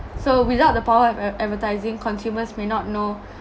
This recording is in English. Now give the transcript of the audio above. so without the power of a~ advertising consumers may not know